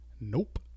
Nope